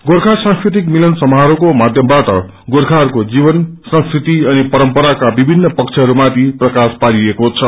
गोर्खा सांस्कृतिक मिलन समारोहको माध्यमबाट गोखहरूको जीवन संस्कृति अनि परम्पराका विभिन्न पक्षहरूमाथि प्राकाश पारिएको छ